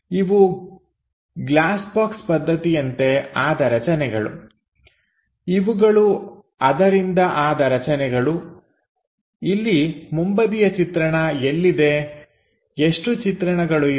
ಇವು glass box ಪದ್ಧತಿಯಿಂದ ಆದ ರಚನೆಗಳು ಇವುಗಳು ಅದರಿಂದ ಆದ ರಚನೆಗಳು ಇಲ್ಲಿ ಮುಂಬದಿಯ ಚಿತ್ರಣ ಎಲ್ಲಿದೆ ಎಷ್ಟು ಚಿತ್ರಣಗಳು ಇವೆ